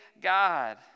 God